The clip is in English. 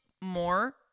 more